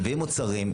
מביאים מוצרים,